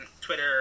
twitter